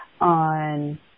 on